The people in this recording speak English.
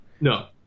No